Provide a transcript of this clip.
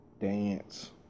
dance